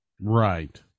right